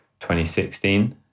2016